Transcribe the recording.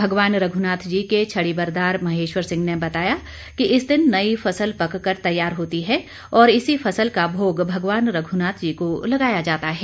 भगवान रघुनाथ जी के छड़ी बरदार महेश्वर सिंह ने बताया कि इस दिन नई फसल पककर तैयार होती है और इसी फसल का भोग भगवान रघुनाथ जी को लगाया जाता है